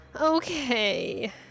Okay